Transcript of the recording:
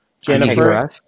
Jennifer